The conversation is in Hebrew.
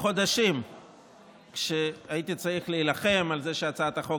חודשים כשהייתי צריך להילחם על זה שהצעת החוק